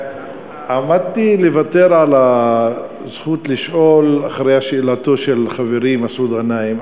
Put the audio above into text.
עמדתי לוותר על הזכות לשאול אחרי שאלתו של חברי מסעוד גנאים,